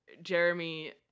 Jeremy